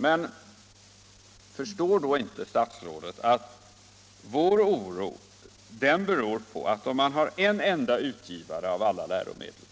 Men förstår då inte statsrådet att vår oro beror på att om man har en enda utgivare av alla läromedel